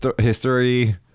history